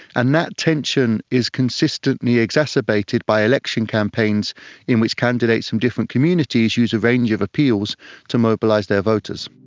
and that tension is consistently exacerbated by election campaigns in which candidates from different communities use a range of appeals to mobilise their voters.